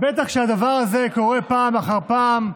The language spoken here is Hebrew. בטח כשהדבר הזה קורה פעם אחר פעם,